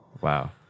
Wow